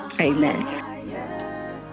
Amen